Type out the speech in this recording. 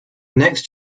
next